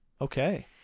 Okay